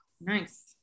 Nice